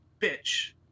bitch